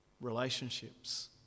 relationships